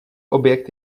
objekt